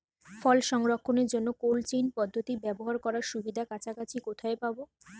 ফল সংরক্ষণের জন্য cold chain পদ্ধতি ব্যবহার করার সুবিধা কাছাকাছি কোথায় পাবো?